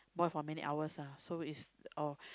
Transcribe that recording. boil for many hours lah so is oh